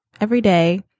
everyday